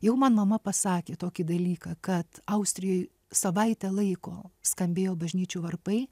jau man mama pasakė tokį dalyką kad austrijoj savaitę laiko skambėjo bažnyčių varpai